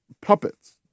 puppets